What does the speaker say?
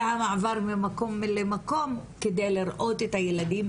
והמעבר ממקום למקום כדי לראות את הילדים,